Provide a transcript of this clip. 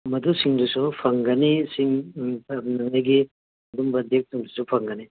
ꯃꯗꯨꯁꯤꯡꯗꯨꯁꯨ ꯐꯪꯒꯅꯤ ꯏꯁꯤꯡ ꯍꯥꯞꯅꯕꯒꯤ ꯑꯗꯨꯝꯕ ꯀꯨꯝꯕꯁꯨ ꯐꯪꯒꯅꯤ